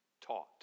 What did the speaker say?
taught